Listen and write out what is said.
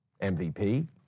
MVP